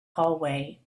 hallway